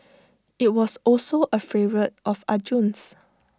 IT was also A favourite of Arjun's